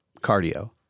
Cardio